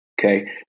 Okay